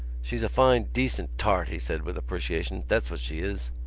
she's a fine decent tart, he said, with appreciation that's what she is.